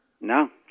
no